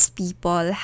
people